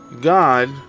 God